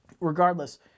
Regardless